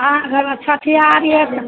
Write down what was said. अहाँ घरमे छठियारिए भेल